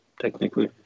technically